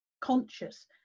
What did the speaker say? conscious